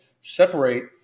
separate